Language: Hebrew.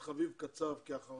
בבקשה, את חביב קצב כאחרון.